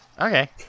Okay